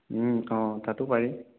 অঁ তাতো পাৰি